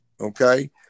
Okay